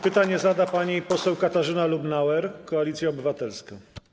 Pytanie zada pani poseł Katarzyna Lubnauer, Koalicja Obywatelska.